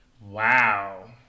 Wow